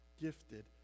gifted